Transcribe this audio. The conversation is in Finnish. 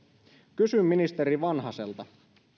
kysyn ministeri vanhaselta